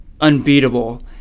unbeatable